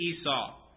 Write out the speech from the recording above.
Esau